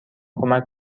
کمک